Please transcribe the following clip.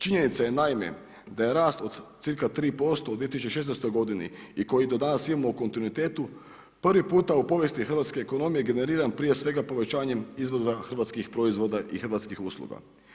Činjenica je naime da je rast od cca 3% u 2016. g. i koji do danas imamo u kontinuitetu, prvi puta u povijesti hrvatske ekonomije generiran prije svega povećanjem izvoza hrvatskih proizvoda i hrvatskih usluga.